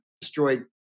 destroyed